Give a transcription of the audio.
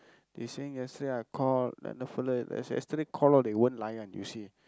they saying yesterday I call then the fella y~ yesterday call one they won't layan you see